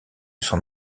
son